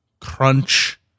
crunch